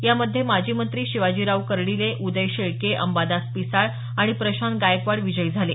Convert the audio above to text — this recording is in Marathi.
यामध्ये माजी मंत्री शिवाजीराव कर्डिले उदय शेळके अंबादास पिसाळ आणि प्रशांत गायकवाड विजयी झाले आहेत